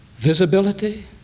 Visibility